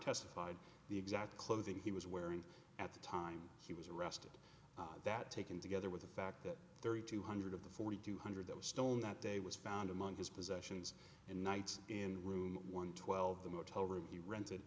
testified the exact clothing he was wearing at the time he was arrested that taken together with the fact that thirty two hundred of the forty two hundred that was stoned that day was found among his possessions and nights in room one twelve the motel room he rented